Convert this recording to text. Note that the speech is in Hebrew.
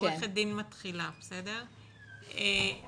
עורכת דין מתחילה, אני